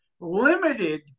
limited